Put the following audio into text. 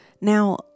Now